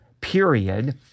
period